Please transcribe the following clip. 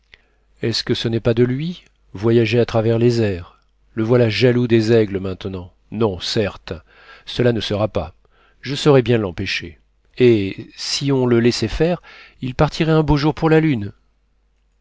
est-ce que ce n'est pas de lui voyager à travers les airs le voilà jaloux des aigles maintenant non certes cela ne sera pas je saurai bien l'empêcher eh si on le laissait faire il partirait un beau jour pour la lune